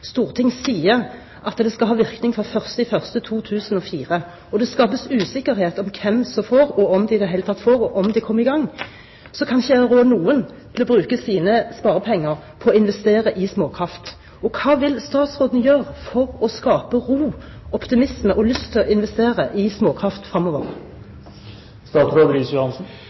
sier at det skal ha virkning fra 1. januar 2004, og det skapes usikkerhet om hvem som får, og om de i det hele tatt får, og om de kommer i gang, kan ikke jeg rå noen til å bruke sine sparepenger på å investere i småkraft. Hva vil statsråden gjøre for å skape ro, optimisme og lyst til å investere i småkraft